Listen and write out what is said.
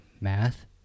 math